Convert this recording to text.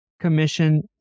commission